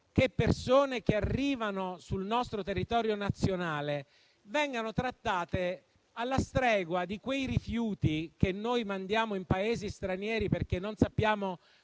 che persone che arrivano sul nostro territorio nazionale vengano trattate alla stregua dei rifiuti che mandiamo nei Paesi stranieri perché non sappiamo